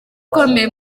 ukomeye